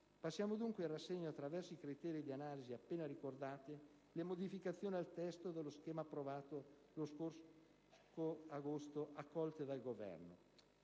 Passiamo dunque in rassegna, attraverso i criteri di analisi appena ricordati, le modificazioni al testo dello schema approvato lo scorso agosto accolte dal Governo.